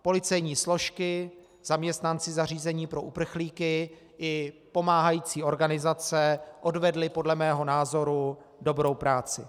Policejní složky, zaměstnanci zařízení pro uprchlíky i pomáhající organizace odvedli podle mého názoru dobrou práci.